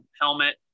helmet